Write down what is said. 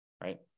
right